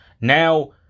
Now